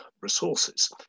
resources